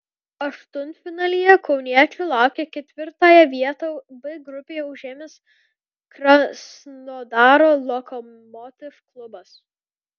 aštuntfinalyje kauniečių laukia ketvirtąją vietą b grupėje užėmęs krasnodaro lokomotiv klubas